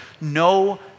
No